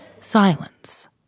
Silence